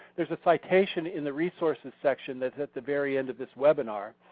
there's a citation in the resources section that's at the very end of this webinar.